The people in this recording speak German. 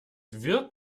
wird